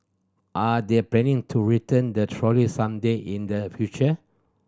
are they planning to return the trolley some day in the future